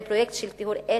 זה פרויקט של טיהור אתני,